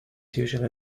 usually